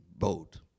Vote